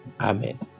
amen